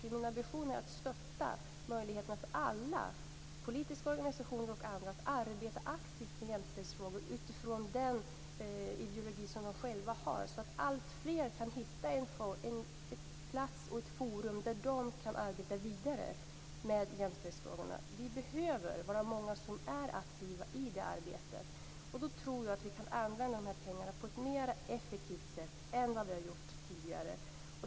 Min ambition är att stötta möjligheterna för alla politiska organisationer och andra att arbeta aktivt med jämställdhetsfrågor utifrån den ideologi som de själva har, så att alltfler kan hitta en plats och ett forum där de kan arbeta vidare med jämställdhetsfrågorna. Vi behöver vara många som är aktiva i det arbetet. Då tror jag att vi kan använda de här pengarna på ett mer effektivt sätt än vad vi har gjort tidigare.